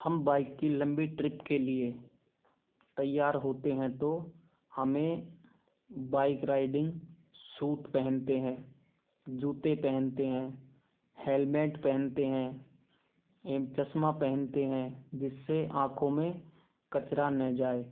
हम बाइक की लम्बी ट्रिप के लिए तैयार होते हैं तो हमें बाइक राइडिंग सूट पहनते हैं जूते पहनते हैं हेलमेट पहनते हैं एम चश्मा पहनते हैं जिससे आँखों में कचरा न जाए